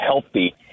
healthy